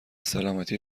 سلامتی